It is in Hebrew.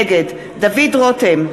נגד דוד רותם,